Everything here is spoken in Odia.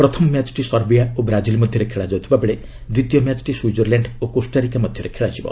ପ୍ରଥମ ମ୍ୟାଚ୍ଟି ସର୍ବିଆ ଓ ବ୍ରାଜିଲ୍ ମଧ୍ୟରେ ଖେଳାଯାଉଥିବାବେଳେ ଦ୍ୱିତୀୟ ମ୍ୟାଚ୍ଟି ସ୍ୱିଜର୍ଲ୍ୟାଣ୍ଡ ଓ କୋଷ୍ଟା ରିକା ମଧ୍ୟରେ ଖେଳାଯିବ